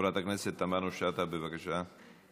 חברת הכנסת תמנו-שטה, בבקשה,